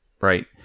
Right